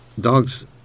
Dogs